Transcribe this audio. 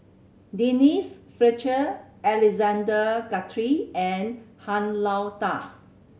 Denise Fletcher Alexander Guthrie and Han Lao Da